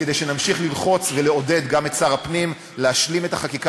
כדי שנמשיך ללחוץ ולעודד גם את שר הפנים להשלים את החקיקה